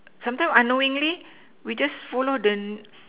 sometimes unknowingly we just follow the